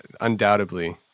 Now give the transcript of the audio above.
Undoubtedly